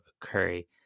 Curry